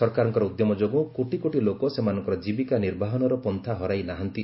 ସରକାରଙ୍କର ଉଦ୍ୟମ ଯୋଗୁଁ କୋଟି କୋଟି ଲୋକ ସେମାନଙ୍କର ଜୀବିକା ନିର୍ବାହନର ପନ୍ଥା ହରାଇ ନାହାନ୍ତି